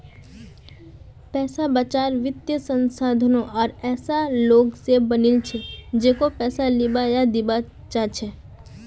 पैसा बाजार वित्तीय संस्थानों आर ऐसा लोग स बनिल छ जेको पैसा लीबा या दीबा चाह छ